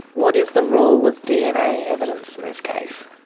what is the role of dna evidence in this case?